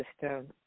system